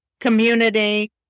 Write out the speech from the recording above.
Community